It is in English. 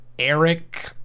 Eric